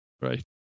Right